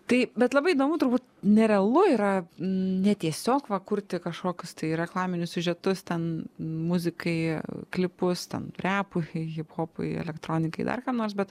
taip bet labai įdomu turbūt nerealu yra ne tiesiog va kurti kažkokius tai reklaminius siužetus ten muzikai klipus ten repui hiphopui elektronikai dar kam nors bet